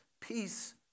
Peace